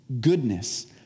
goodness